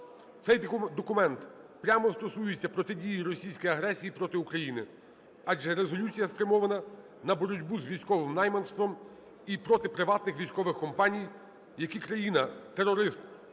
Цей документ прямо стосується протидії російській агресії проти України, адже резолюція спрямована на боротьбу з військовим найманством і проти приватних військових компаній, які країна-терорист